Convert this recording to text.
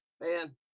man